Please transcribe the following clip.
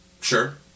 Sure